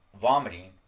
vomiting